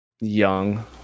young